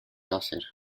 láser